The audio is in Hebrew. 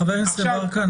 חבר הכנסת יברקן.